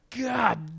God